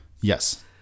Yes